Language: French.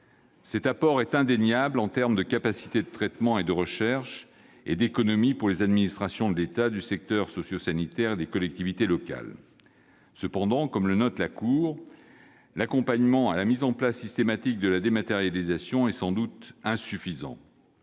Il est indéniable en termes de capacités de traitement et de recherche et d'économies pour les administrations de l'État, du secteur socio-sanitaire et des collectivités locales. Cependant, comme le note la Cour, l'accompagnement à la mise en place systématique de la dématérialisation est sans doute insuffisant.